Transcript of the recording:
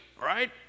right